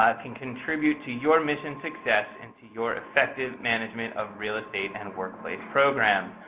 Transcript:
ah can contribute to your mission success, and to your effective management of real estate and workplace programs.